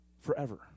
forever